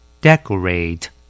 Decorate